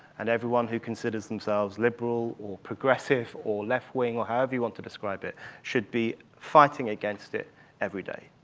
and everyone who considers themselves liberal or progressive or left-wing or however you want to describe it should be fighting against it every day.